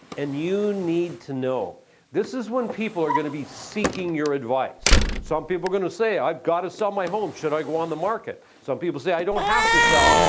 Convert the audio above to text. and you need to know this is when people are gonna be seeking your advice. some people are gonna say, i've got to sell my home. should i go on the market? some people say, i don't have to sell.